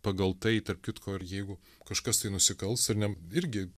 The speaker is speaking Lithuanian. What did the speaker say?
pagal tai tarp kitko ir jeigu kažkas tai nusikals ar ne irgi